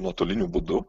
nuotoliniu būdu